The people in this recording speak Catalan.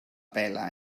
pela